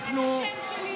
הוא מזכיר את השם שלי.